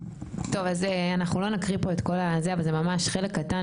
טוב אז אנחנו לא נקריא פה את כל הזה אבל זה ממש חלק קטן